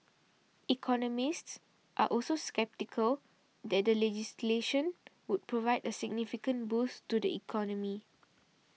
economists are also sceptical that the legislation would provide a significant boost to the economy